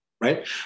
right